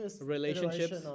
relationships